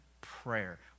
prayer